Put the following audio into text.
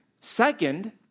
Second